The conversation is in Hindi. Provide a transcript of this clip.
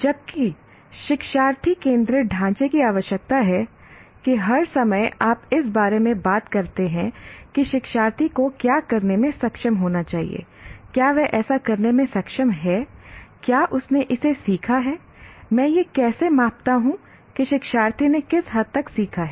जबकि शिक्षार्थी केंद्रित ढांचे की आवश्यकता है कि हर समय आप इस बारे में बात करते हैं कि शिक्षार्थी को क्या करने में सक्षम होना चाहिए क्या वह ऐसा करने में सक्षम है क्या उसने इसे सीखा है मैं यह कैसे मापता हूं कि शिक्षार्थी ने किस हद तक सीखा है